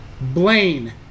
Blaine